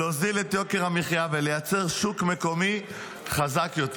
להוריד את יוקר המחיה ולייצר שוק מקומי חזק יותר.